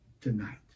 tonight